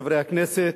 חברי הכנסת,